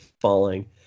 falling